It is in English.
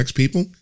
people